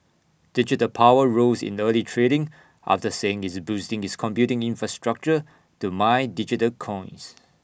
digital power rose in early trading after saying it's boosting its computing infrastructure to mine digital coins